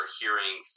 hearing